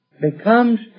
becomes